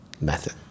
method